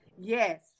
yes